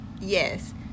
yes